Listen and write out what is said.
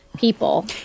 people